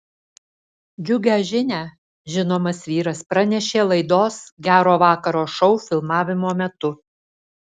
džiugią žinią žinomas vyras pranešė laidos gero vakaro šou filmavimo metu